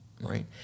right